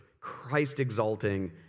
Christ-exalting